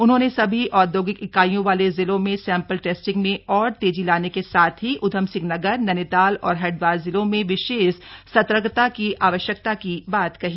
उन्होंने सभी औद्योगिक इकाईयों वाले जिलों में सैंपल टेस्टिंग में और तेजी लाने के साथ ही ऊधमसिंह नगर नैनीताल और हरिद्वार जिलों में विशेष सतर्कता की आवश्यकता की बात कही